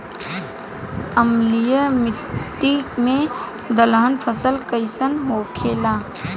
अम्लीय मिट्टी मे दलहन फसल कइसन होखेला?